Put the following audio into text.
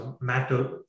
matter